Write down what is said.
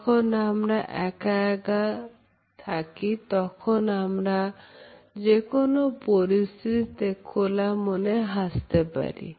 যখন আমরা একা থাকে তখন আমরা যেকোনো পরিস্থিতিতে খোলা মনে হাসতে পারি